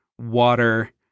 water